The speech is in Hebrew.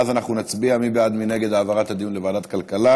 ואז אנחנו נצביע מי בעד ומי נגד העברת הדיון לוועדת הכלכלה,